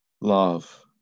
love